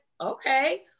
okay